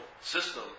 system